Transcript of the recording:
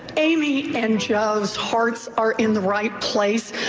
amy and joe's hearts are in the right place,